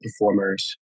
performers